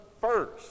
first